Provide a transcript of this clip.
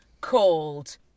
called